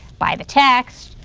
by the text?